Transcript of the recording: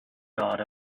dot